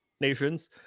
nations